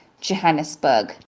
Johannesburg